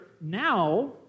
now